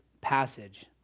passage